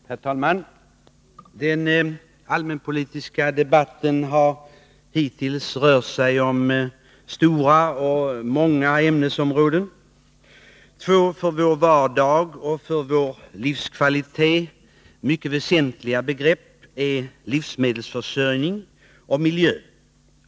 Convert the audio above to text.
Herr talman! Den allmänpolitiska debatten har hittills gällt många och stora ämnesområden. Två för vår vardag och vår livskvalitet mycket väsentliga begrepp är livsmedelsförsörjning och miljö.